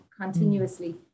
continuously